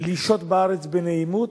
לשהות בארץ בנעימות.